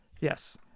Yes